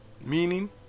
meaning